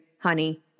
honey